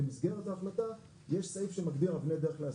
במסגרת ההחלטה יש סעיף שמגדיר אבני דרך להסדרה.